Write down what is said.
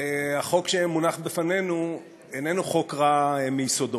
החוק שמונח בפנינו איננו חוק רע מיסודו,